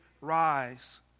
rise